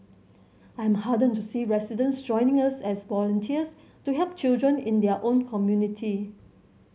I'm heartened to see residents joining us as volunteers to help children in their own community